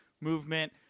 movement